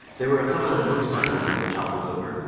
there were a couple of motorcycles that were toppled over.